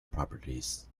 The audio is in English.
properties